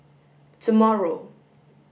tomorrow